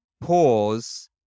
pause